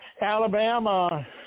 Alabama